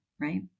right